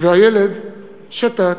והילד שתק,